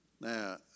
Now